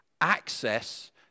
access